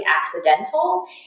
accidental